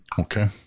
Okay